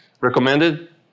Recommended